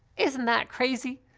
isn't that crazy?